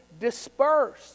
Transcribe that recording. dispersed